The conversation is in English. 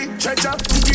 treasure